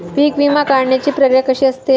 पीक विमा काढण्याची प्रक्रिया कशी असते?